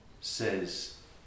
says